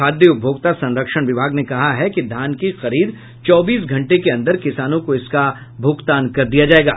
खाद्य उपभोक्ता संरक्षण विभाग ने कहा है कि धान की खरीद चौबीस घंटे के अन्दर किसानों को इसका भुगतान कर दिया जायेगा